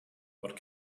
what